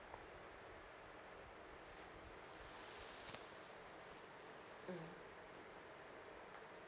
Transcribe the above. mm